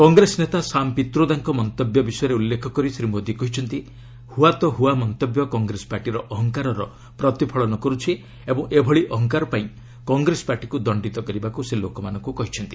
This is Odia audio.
କଂଗ୍ରେସ ନେତା ଶାମ୍ ପିତ୍ରୋଦାଙ୍କ ମନ୍ତବ୍ୟ ବିଷୟରେ ଉଲ୍ଲେଖ କରି ଶ୍ରୀ ମୋଦି କହିଛନ୍ତି 'ହୁଆ ତୋ ହୁଆ' ମନ୍ତବ୍ୟ କଂଗ୍ରେସ ପାର୍ଟିର ଅହଂକାରର ପ୍ରତିଫଳନ କରୁଛି ଓ ଏଭଳି ଅହଂକାର ପାଇଁ କଂଗ୍ରେସ ପାର୍ଟିକୁ ଦଣ୍ଡିତ କରିବାକୁ ସେ ଲୋକମାନଙ୍କୁ କହିଛନ୍ତି